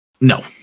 No